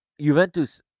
Juventus